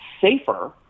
safer